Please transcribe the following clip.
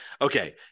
Okay